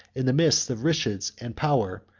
in the midst of riches and power,